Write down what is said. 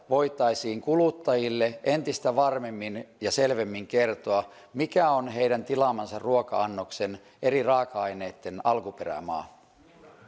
voitaisiin kuluttajille entistä varmemmin ja selvemmin kertoa mikä on heidän tilaamansa ruoka annoksen eri raaka aineitten alkuperämaa